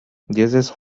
dieses